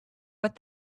but